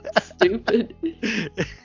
Stupid